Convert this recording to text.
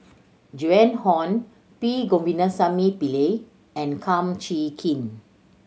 Joan Hon P Govindasamy Pillai and Kum Chee Kin